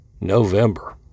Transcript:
November